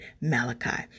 Malachi